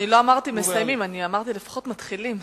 לא אמרתי: מסיימים, אמרתי: לפחות מתחילים.